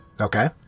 Okay